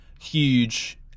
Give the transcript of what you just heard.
huge